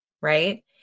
Right